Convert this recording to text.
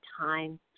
time